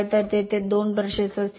तर तेथे 2 ब्रशेस असतील